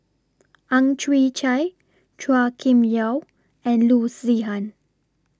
Ang Chwee Chai Chua Kim Yeow and Loo Zihan